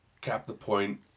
cap-the-point